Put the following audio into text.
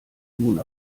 nun